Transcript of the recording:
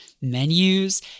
menus